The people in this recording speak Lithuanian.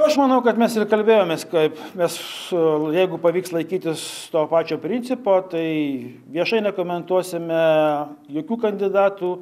aš manau kad mes ir kalbėjomės kaip mes su jeigu pavyks laikytis to pačio principo tai viešai nekomentuosime jokių kandidatų